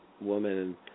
woman